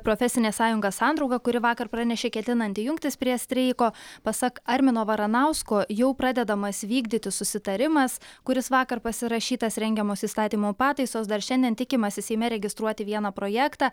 profesinė sąjunga sandrauga kuri vakar pranešė ketinanti jungtis prie streiko pasak armino varanausko jau pradedamas vykdyti susitarimas kuris vakar pasirašytas rengiamos įstatymo pataisos dar šiandien tikimasi seime registruoti vieną projektą